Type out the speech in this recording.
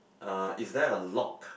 uh is there a lock